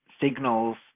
signals